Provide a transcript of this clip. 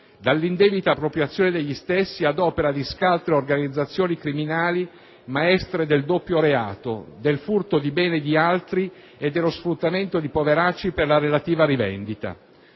dall'indebita appropriazione degli stessi ad opera di scaltre organizzazioni criminali, maestre del doppio reato, del furto di beni di altri e dello sfruttamento di poveracci per la relativa rivendita.